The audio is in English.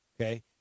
Okay